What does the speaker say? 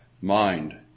mind